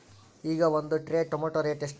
ಈಗ ಒಂದ್ tray tomato rate ಎಷ್ಟ?